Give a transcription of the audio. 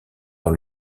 dans